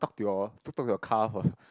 talk to your talk to your car first